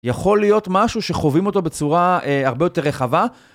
יכול להיות משהו שחווים אותו בצורה הרבה יותר רחבה